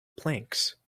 planks